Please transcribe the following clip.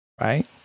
right